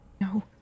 no